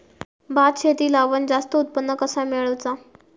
भात शेती लावण जास्त उत्पन्न कसा मेळवचा?